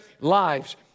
lives